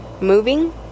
moving